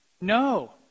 No